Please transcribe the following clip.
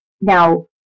Now